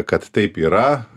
kad taip yra